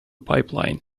pipeline